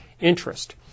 interest